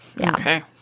Okay